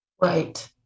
Right